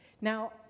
Now